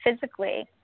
physically